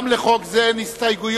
גם לחוק זה אין הסתייגויות,